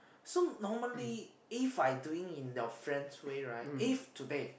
so normally If I doing in your friend's way right if today